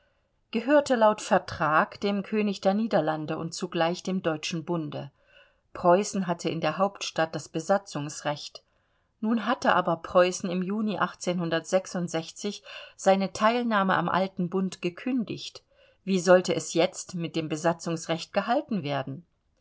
gehörte laut vertrag dem könig der niederlande und zugleich dem deutschen bunde preußen hatte in der hauptstadt das besatzungsrecht nun hatte aber preußen im juni seine teilnahme am alten bund gekündigt wie sollte es jetzt mit dem besatzungsrecht gehalten werden